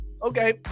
Okay